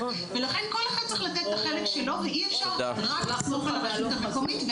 לכן כל אחד צריך לתת את החלק שלו ואי אפשר לסמוך רק על הרשות המקומית.